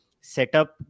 setup